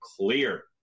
clear